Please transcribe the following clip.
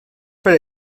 per